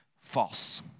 false